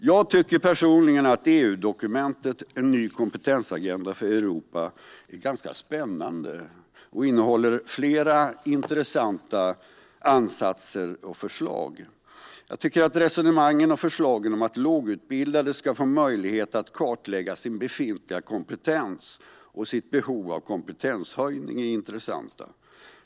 Jag tycker personligen att EU-dokumentet En ny kompetensagenda för Europa är ganska spännande och att den innehåller flera intressanta ansatser och förslag. Jag tycker att resonemangen och förslagen om att lågutbildade ska få möjlighet att kartlägga sin befintliga kompetens och sitt behov av kompetenshöjning är intressanta.